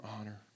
honor